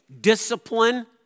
discipline